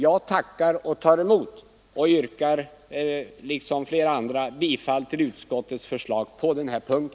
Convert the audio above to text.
Jag tackar och tar emot samt yrkar liksom flera andra ledamöter bifall till utskottets förslag på denna punkt.